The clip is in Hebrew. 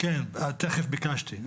כן, תיכף ביקשתי.